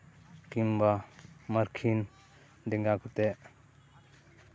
ᱠᱤᱢᱵᱟ ᱢᱟᱨᱠᱷᱤᱱ ᱰᱮᱝᱜᱟ ᱠᱟᱛᱮᱫ